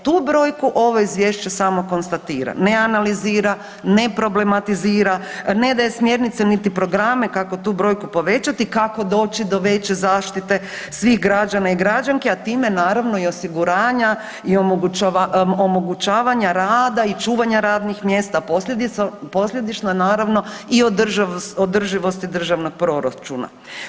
E tu brojku ovo izvješće samo konstatira, ne analizira, ne problematizira, ne daje smjernice ni programe kako tu brojku povećati, kako doći do veće zaštite svih građana i građanki, a time naravno i osiguranja i omogućavanja rada i čuvanja radnih mjesta posljedično naravno i održivosti državnog proračuna.